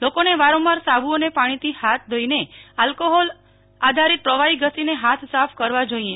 લોકોને વારંવાર સાબુ અને પાણીથી ધોઈને કે આલ્કાહોલ આધારિત પ્રવાહી ઘસીને હાથ સાફ કરવા જોઈએ